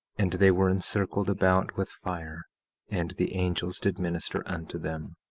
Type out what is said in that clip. and they were encircled about with fire and the angels did minister unto them.